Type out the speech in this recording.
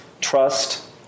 trust